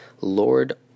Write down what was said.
Lord